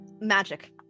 Magic